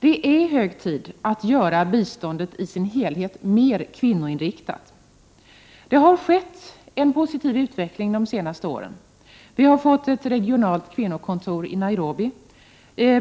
Det är hög tid att göra biståndet i dess helhet mer kvinnoinriktat. Det har skett en positiv utveckling under de senaste åren. Vi har fått ett regionalt kvinnokontor i Nairobi.